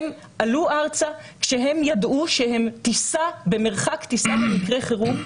הם עלו ארצה כשהם ידעו שהם במרחק טיסה במקרי חירום,